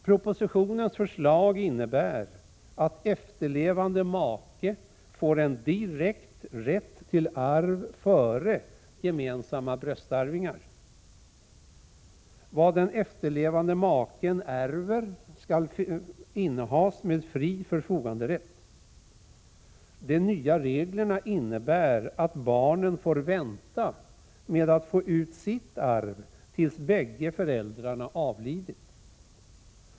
Propositionens förslag innebär att efterlevande make får en direkt rätt till arv före gemensamma bröstarvingar. Vad den efterlevande maken ärver skall innehas med fri förfoganderätt. De nya reglerna innebär att barnen får vänta med att få ut sitt arv tills bägge föräldrarna avlidit.